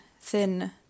thin